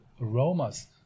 aromas